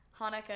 Hanukkah